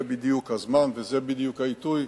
זה בדיוק הזמן וזה בדיוק העיתוי.